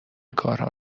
کارها